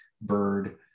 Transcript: bird